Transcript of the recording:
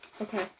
Okay